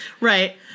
Right